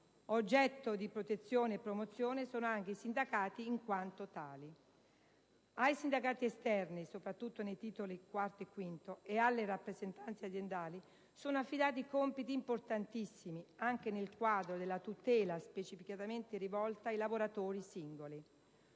Oggetto di protezione e di promozione sono anche i sindacati in quanto tali. Ai sindacati esterni (soprattutto nei Titoli IV e V) e alle rappresentanze aziendali sono affidati compiti importantissimi, anche nel quadro della tutela specificamente rivolta ai lavoratori singoli.